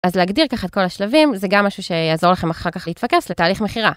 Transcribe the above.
אז להגדיר ככה את כל השלבים זה גם משהו שיעזור לכם אחר כך להתפקס לתהליך מכירה.